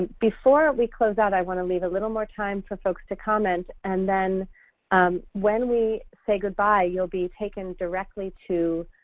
before we close out, i want to leave a little more time for folks to comment. and then when we say good-bye, you'll be taken directly to